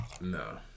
No